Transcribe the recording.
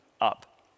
up